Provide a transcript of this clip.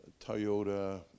Toyota